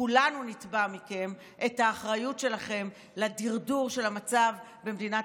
כולנו נתבע מכם את האחריות שלכם לדרדור של המצב במדינת